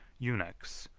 eunuchs,